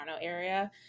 area